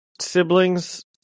siblings